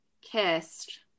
kissed